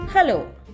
Hello